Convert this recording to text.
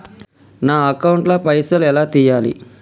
నా అకౌంట్ ల పైసల్ ఎలా తీయాలి?